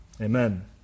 Amen